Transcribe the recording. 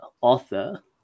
author